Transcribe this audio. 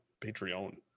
Patreon